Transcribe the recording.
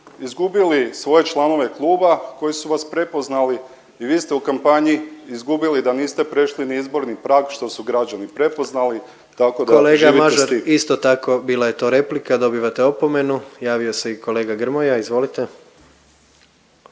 izgubili svoje članove kluba koji su vas prepoznali i vi ste u kampanji izgubili da niste prešli ni izborni prag što su građani prepoznali, tako da živite s tim. **Jandroković, Gordan (HDZ)** Kolega Mažar isto tako bila je to replika dobivate opomenu. Javio se i kolega Grmoja, izvolite.